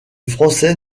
français